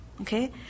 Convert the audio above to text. Okay